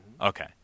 Okay